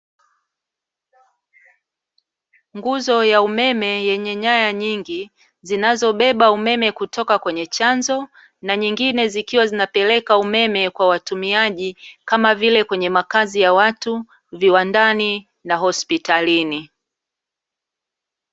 Nguzo ya umeme yenye nyaya nyingi zinazobeba umeme kutoka kwenye chanzo na nyingine zikiwa zinapeleka umeme kwa watumiaji, kama vile kwenye makazi ya watu , viwandani na hospitalini.